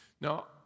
Now